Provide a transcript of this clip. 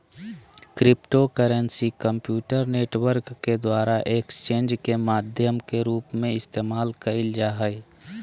cryptocurrency computer network के द्वारा exchanges के माध्यम के रूप में इस्तेमाल कइल जा हइ